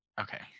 okay